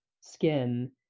skin